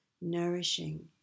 nourishing